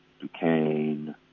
Duquesne